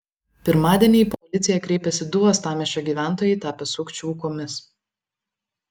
pirmadienį į policiją kreipėsi du uostamiesčio gyventojai tapę sukčių aukomis